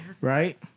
right